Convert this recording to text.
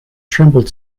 trembled